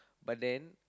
but then